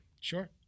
Sure